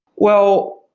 well,